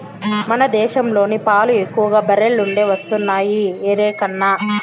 మన దేశంలోని పాలు ఎక్కువగా బర్రెల నుండే వస్తున్నాయి ఎరికనా